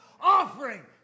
offering